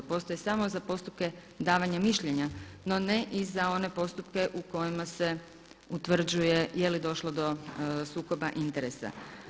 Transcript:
Postoje samo za postupke davanja mišljenja, no ne i za one postupke u kojima se utvrđuje je li došlo do sukoba interesa.